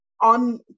on